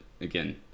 again